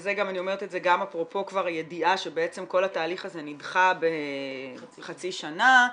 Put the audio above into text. וזה גם אני אומרת אפרופו הידיעה שבעצם כל התהליך הזה נדחה בחצי שנה,